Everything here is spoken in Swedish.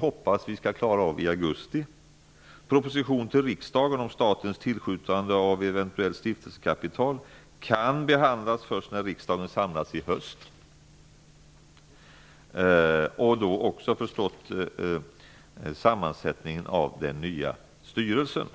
hoppas vi klara av i augusti. Proposition till riksdagen om statens tillskjutande av eventuellt stiftelsekapital kan behandlas först när riksdagen samlas i höst, liksom förstås sammansättningen av den nya styrelsen.